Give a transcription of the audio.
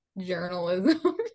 journalism